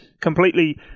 completely